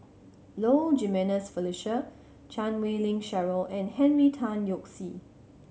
Low Jimenez Felicia Chan Wei Ling Cheryl and Henry Tan Yoke See